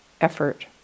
effort